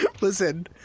Listen